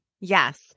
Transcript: Yes